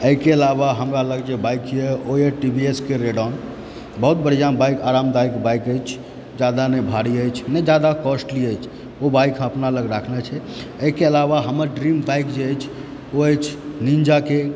एहिके अलावा हमरा लग जे बाइक यऽ ओ यऽ टी वी एसके रेडॉन बहुत बढ़िआँ बाइक आरामदायक बाइक अछि जादा नहि भारी अछि नहि जादा कॉस्ट्ली अछि ओ बाइक अपना लग राखने छी एहिके अलावा हमर ड्रीम बाइक जे अछि ओ अछि निन्जाके